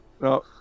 no